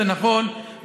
זה נכון,